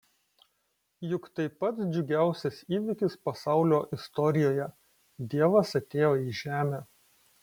juk tai pats džiugiausias įvykis pasaulio istorijoje dievas atėjo į žemę